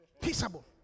Peaceable